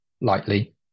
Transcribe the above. lightly